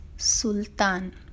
Sultan